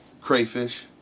Crayfish